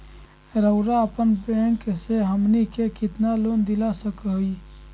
रउरा अपन बैंक से हमनी के कितना लोन दिला सकही?